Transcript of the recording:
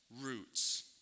roots